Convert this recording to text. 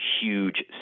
huge